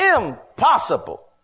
Impossible